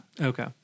Okay